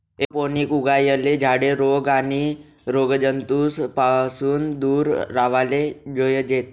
aeroponic उगायेल झाडे रोग आणि रोगजंतूस पासून दूर राव्हाले जोयजेत